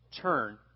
turn